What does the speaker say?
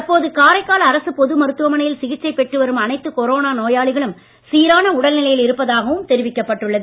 தற்போது காரைக்கால் அரசுப் பொது மருத்துவமனையில் சிகிச்சை பெற்றுவரும் அனைத்து கொரோனா நோயாளிகளும் சீரான உடல்நிலையில் இருப்பதாகவும் தெரிவிக்கப் பட்டுள்ளது